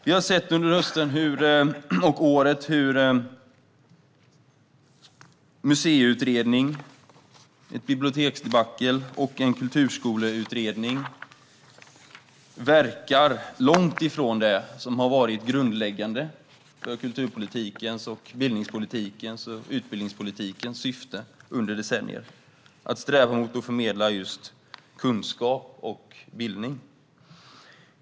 Vi har i år sett hur en museiutredning, ett biblioteksdebacle och en kulturskoleutredning verkar långt ifrån det som har varit grundläggande för kultur, bildnings och utbildningspolitikens syfte under decennier: en strävan att förmedla kunskap och bildning.